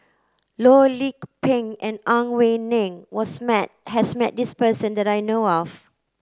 Loh Lik Peng and Ang Wei Neng was met has met this person that I know of